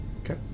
Okay